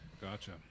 gotcha